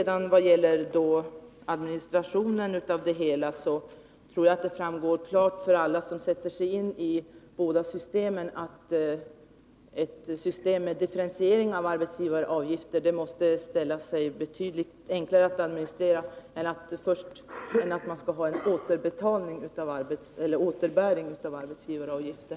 När det gäller administrationen tror jag att det klart framgår för alla som sätter sig in i båda systemen att ett system med differentierade arbetsgivaravgifter ställer sig betydligt enklare att administrera än ett system med återbäring av arbetsgivaravgiften.